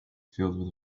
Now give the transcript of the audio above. filled